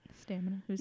stamina